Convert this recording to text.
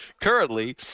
currently